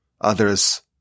others